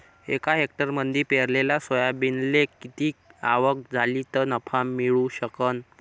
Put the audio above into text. एका हेक्टरमंदी पेरलेल्या सोयाबीनले किती आवक झाली तं नफा मिळू शकन?